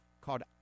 called